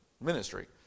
ministry